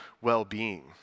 well-being